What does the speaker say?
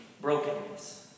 brokenness